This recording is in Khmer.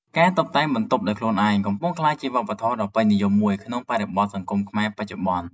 ការតុបតែងបន្ទប់ដោយខ្លួនឯង កំពុងក្លាយជាវប្បធម៌ដ៏ពេញនិយមមួយនៅក្នុងបរិបទសង្គមខ្មែរបច្ចុប្បន្ន។